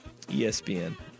ESPN